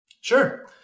Sure